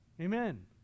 Amen